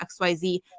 xyz